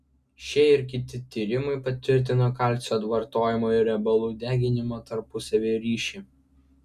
šie ir kiti tyrimai patvirtino kalcio vartojimo ir riebalų deginimo tarpusavio ryšį